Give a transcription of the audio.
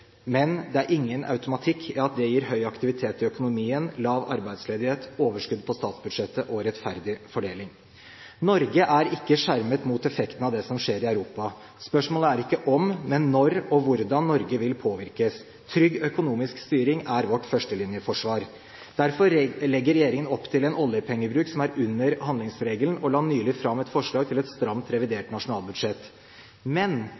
men det er ingen automatikk i at det gir høy aktivitet i økonomien, lav arbeidsledighet, overskudd på statsbudsjettet og rettferdig fordeling. Norge er ikke skjermet mot effekten av det som skjer i Europa. Spørsmålet er ikke om, men når og hvordan, Norge vil påvirkes. Trygg økonomisk styring er vårt førstelinjeforsvar. Derfor legger regjeringen opp til en oljepengebruk som er under handlingsregelen, og la nylig fram et forslag til et stramt revidert nasjonalbudsjett. Men